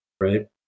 right